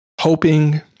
hoping